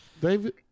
David